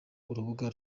urubuga